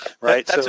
Right